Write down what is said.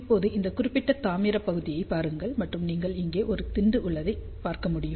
இப்போது இந்த குறிப்பிட்ட தாமிர பகுதியைப் பாருங்கள் மற்றும் நீங்கள் இங்கே ஒரு திண்டு உள்ளதைப் பார்க்க முடியும்